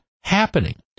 happening